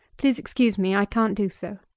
please excuse me i can't do so.